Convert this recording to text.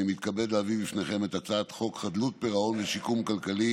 אני מתכבד להביא בפניכם את הצעת חוק חדלות פירעון ושיקום כלכלי